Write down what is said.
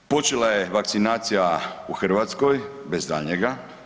Počela je vakcinacija u Hrvatskoj, bez daljnjega.